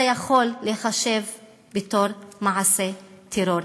זה יכול להיחשב מעשה טרור.